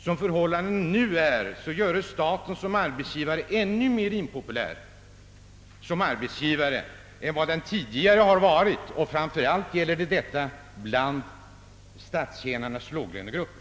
Som förhållandena nu är görs staten som arbetsgivare än mera impopulär än vad den tidigare varit, och detta framför allt inom statstjänarnas låglönegrupper.